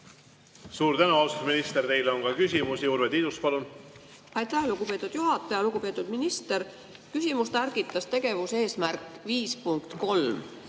Suur tänu, austatud minister! Teile on ka küsimusi. Urve Tiidus, palun! Aitäh, lugupeetud juhataja! Lugupeetud minister! Küsima ärgitas tegevuseesmärk 5.3,